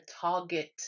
Target